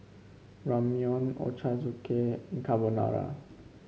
Ramyeon Ochazuke and Carbonara